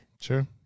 Sure